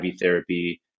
therapy